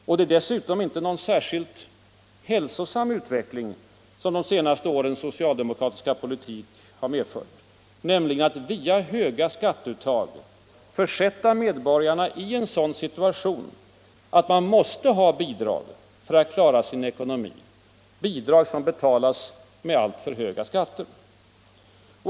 Och det är dessutom inte någon särskilt hälsosam utveckling som de senaste årens socialdemokratiska politik har medfört, nämligen att via höga skatteuttag försätta medborgarna i en sådan situation att de måste få bidrag för att klara sin ekonomi, bidrag som betalas via alltför höga skatter.